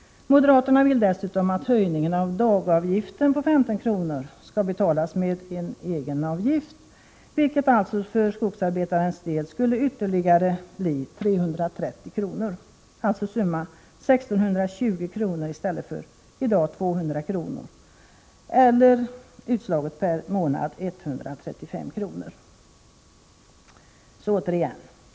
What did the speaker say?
Moderaterna vill dessutom att höjningen av dagavgiften på 15 kr. skall betalas med en egenavgift, vilket alltså för skogsarbetarens del skulle kosta ytterligare 330 kr, — alltså 1 620 kr. i stället för 200 kr. i dag, eller utslaget per månad, 135 kr. Herr talman!